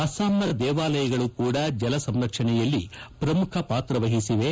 ಅಸ್ಲಾಂನ ದೇವಾಲಯಗಳು ಕೂಡ ಜಲಸಂರಕ್ಷಣೆಯಲ್ಲಿ ಪ್ರಮುಖ ಪಾತ್ರ ವಹಿಸಿವೆ